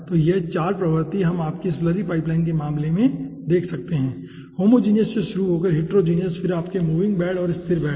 तो यह 4 प्रवृत्ति हम आपके स्लरी पाइपलाइन के मामले में देख सकते है होमोजीनियस से शुरू होकर हिटेरोजीनियस फिर आपके मूविंग बेड और स्थिर बेड